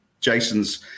Jason's